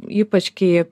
ypač kai